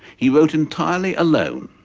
he wrote entirely alone.